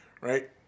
right